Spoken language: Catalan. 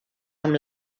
amb